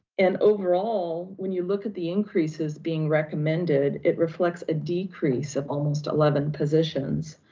and overall, when you look at the increases being recommended, it reflects a decrease of almost eleven positions.